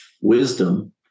wisdom